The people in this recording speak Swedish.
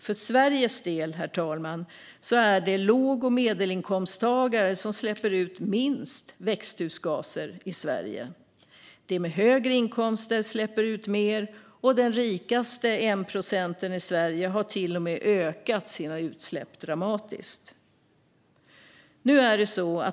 För Sveriges del, herr talman, är det låg och medelinkomsttagare som släpper ut minst växthusgaser i Sverige. De med högre inkomster släpper ut mer, och den rikaste procenten i Sverige har till och med ökat sina utsläpp dramatiskt.